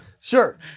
sure